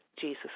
Jesus